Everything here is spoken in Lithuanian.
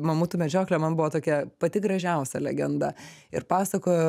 mamutų medžioklė man buvo tokia pati gražiausia legenda ir pasakojo